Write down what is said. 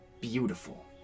beautiful